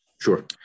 Sure